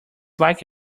like